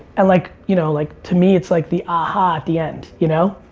and like you know like to me, it's like the aha at the end, you know?